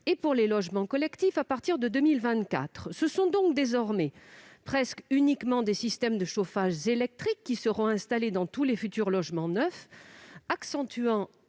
et pour les logements collectifs à partir de 2024. Ce sont donc désormais presque uniquement des systèmes de chauffage électrique qui seront installés dans tous les futurs logements neufs, accentuant